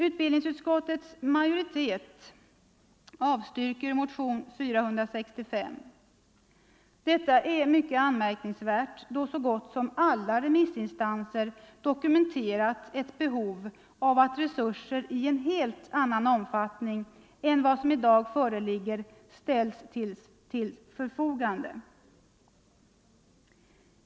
Utbildningsutskottets majoritet avstyrker motionen 465. Detta är anmärkningsvärt då så gott som alla remissinstanserna dokumenterat ett behov av att resurser i en helt annan omfattning än vad som i dag föreligger ställs till förfogande.